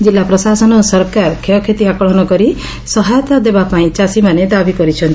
କିଲ୍ଲା ପ୍ରଶାସନ ଓ ସରକାର କ୍ଷୟକ୍ଷତି ଆକଳନ କରି ସହାୟତା ପାଇଁ ଚାଷୀମାନେ ଦାବି କରିଛନ୍ତି